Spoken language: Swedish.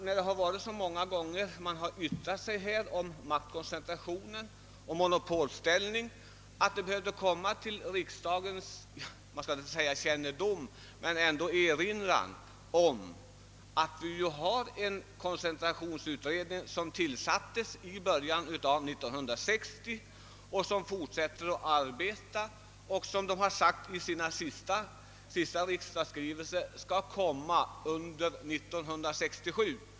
När så mycket har yttrats här om maktkoncentration och monopolställning, borde man kanske erinra riksdagens ledamöter om att vi faktiskt har en utredning på gång just i koncentrationsfrågan. Denna utredning tillsattes i början av 1960 och fortsätter alltjämt sitt arbete. Dess resultat lär enligt senaste riksdagsberättelsen komma att framläggas 1967.